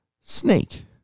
Snake